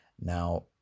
Now